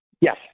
Yes